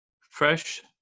fresh